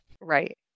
Right